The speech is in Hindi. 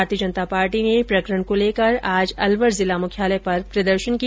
भारतीय जनता पार्टी ने प्रकरण को लेकर आज अलवर जिला मुख्यालय पर प्रदर्शन किया